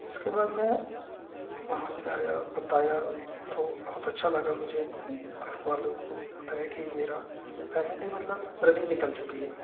उसके बाद मैं वहाँ से आया बताया तो बहुत अच्छा लगा मुझे घर वालों को बताया कि मेरा फाइनली मतलब रनिंग निकल चुकी है